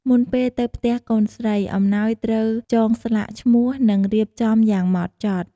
មុនពេលទៅផ្ទះកូនស្រី អំណោយត្រូវចងស្លាកឈ្មោះ និងរៀបចំយ៉ាងម៉ត់ចត់។